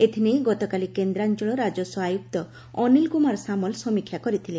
ଏଥିନେଇ ଗତକାଳି କେନ୍ଦାଞ୍ଚଳ ରାଜସ୍ୱ ଆୟ୍ଟକ୍ତ ଅନିଲକୁମାର ସାମଲ ସମୀକ୍ଷା କରିଥିଲେ